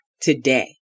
today